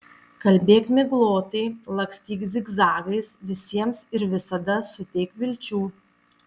kalbėk miglotai lakstyk zigzagais visiems ir visada suteik vilčių